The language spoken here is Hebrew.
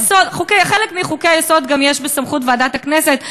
חלק מחוקי-היסוד גם בסמכות ועדת הכנסת,